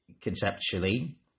conceptually